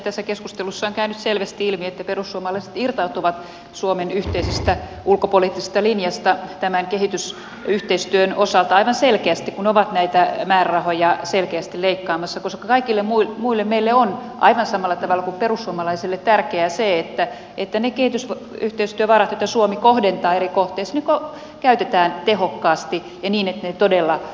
tässä keskustelussa on käynyt selvästi ilmi että perussuomalaiset irtautuvat suomen yhteisestä ulkopoliittisesta linjasta tämän kehitysyhteistyön osalta aivan selkeästi kun ovat näitä määrärahoja selkeästi leikkaamassa koska meille kaikille muille on aivan samalla tavalla kuin perussuomalaisille tärkeää se että ne kehitysyhteistyövarat joita suomi kohdentaa eri kohteisiin käytetään tehokkaasti ja niin että ne todella auttavat